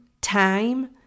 time